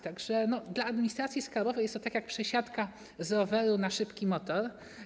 Tak że dla administracji skarbowej jest to jak przesiadka z roweru na szybki motor.